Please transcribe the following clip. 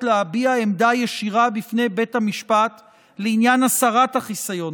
להביע עמדה ישירות בפני בית המשפט לעניין הסרת החיסיון,